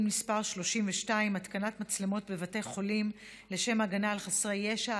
מס' 32) (התקנת מצלמות בבתי חולים לשם הגנה על חסרי ישע),